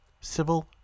civil